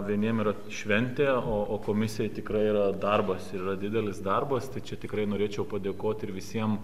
vieniem yra šventė o o komisijai tikrai yra darbas ir yra didelis darbas tai čia tikrai norėčiau padėkot ir visiem